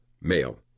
Male